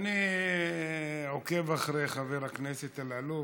אני עוקב אחרי חבר הכנסת אלאלוף.